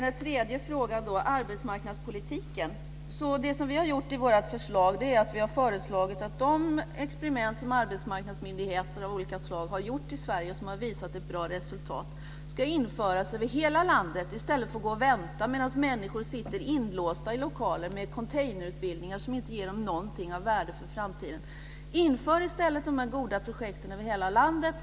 Den tredje frågan gällde arbetsmarknadspolitiken. Vi har föreslagit att de experiment som arbetsmarknadsmyndigheter av olika slag har gjort i Sverige och som har visat ett bra resultat ska genomföras över hela landet. Det ska man göra i stället för att vänta medan människor sitter inlåsta i lokaler med "containerutbildningar" som inte ger dem någonting av värde för framtiden. Inför i stället de här goda projekten över hela landet!